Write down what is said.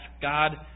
God